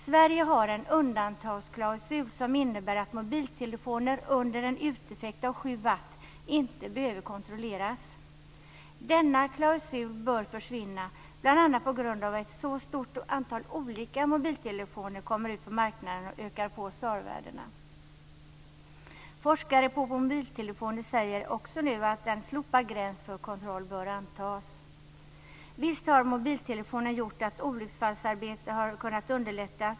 Sverige har en undantagsklausul som innebär att mobiltelefoner under en uteffekt av 7 watt inte behöver kontrolleras. Denna klausul bör försvinna, bl.a. på grund av att ett så stort antal olika mobiltelefoner kommer ut på marknaden och ökar på SAR-värdena. Forskare på mobiltelefoner säger också att en slopad gräns för kontroll nu bör antas. Visst har mobiltelefonen gjort att olycksfallsarbetet har kunnat underlättas.